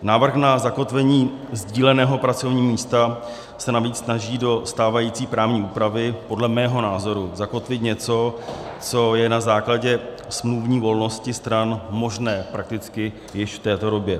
Návrh na zakotvení sdíleného pracovního místa se navíc snaží do stávající právní úpravy podle mého názoru zakotvit něco, co je na základě smluvní volnosti stran možné prakticky již v této době.